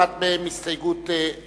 אחת מהן היא הסתייגות מהותית,